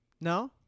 No